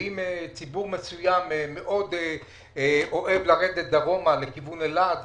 ואם ציבור מסוים מאוד אוהב לרדת דרומה לכיוון אילת,